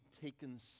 taken